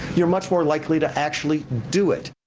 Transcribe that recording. you're much more likely to actually do it.